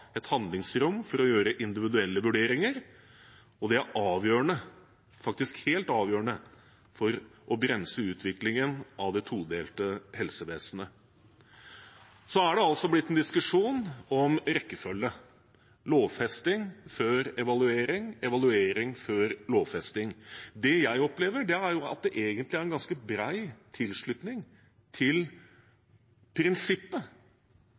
et handlingsrom for å gjøre individuelle vurderinger, og det er avgjørende – faktisk helt avgjørende – for å bremse utviklingen av det todelte helsevesenet. Så er det blitt en diskusjon om rekkefølge: lovfesting før evaluering, evaluering før lovfesting. Det jeg opplever, er at det egentlig er ganske bred tilslutning til prinsippet